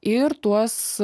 ir tuos